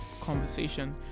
conversation